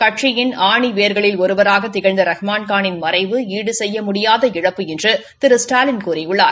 கட்சியின் ஆண்வோ்களில் ஒருவராக திகழந்த ரஹ்மான் காளின் மறைவு ஈடுசெய்ய முடியாத இழப்பு என்று திரு ஸ்டாலின் கூறியுள்ளார்